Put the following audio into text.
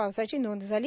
पावसाची नोंद झाली